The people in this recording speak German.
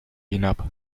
hinab